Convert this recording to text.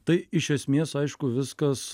tai iš esmės aišku viskas